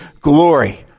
glory